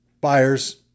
buyers